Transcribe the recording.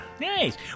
Nice